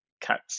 cuts